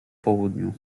południu